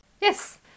Yes